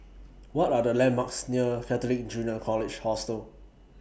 What Are The landmarks near Catholic Junior College Hostel